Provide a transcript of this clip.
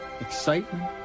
Excitement